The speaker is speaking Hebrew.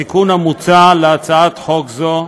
התיקון המוצע בהצעת חוק זו הוא